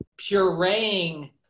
pureeing